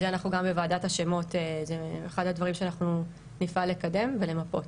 גם בוועדת השמות זה אחד הדברים שאנחנו נפעל לקדם למפות.